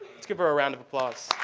let's give her a round of applause.